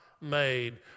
made